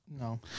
No